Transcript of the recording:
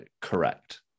correct